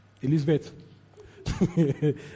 Elizabeth